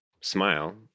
smile